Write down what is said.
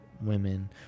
women